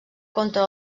contra